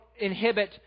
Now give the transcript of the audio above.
inhibit